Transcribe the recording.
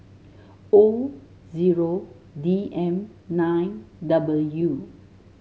O zero D M nine W